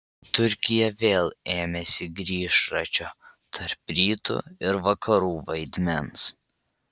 turkija vėl ėmėsi grįžračio tarp rytų ir vakarų vaidmens